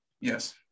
yes